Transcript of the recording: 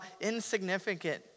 insignificant